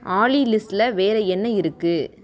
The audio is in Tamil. ஆலி லிஸ்ட்டில் வேறு என்ன இருக்குது